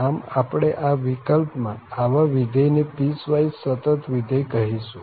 આમ આપણે આ વિકલ્પમાં આવા વિધેય ને પીસવાઈસ સતત વિધેય કહીશું